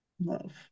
Love